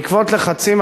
בעקבות לחצים,